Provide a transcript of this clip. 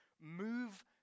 move